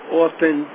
often